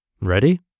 Ready